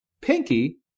Pinky